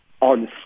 on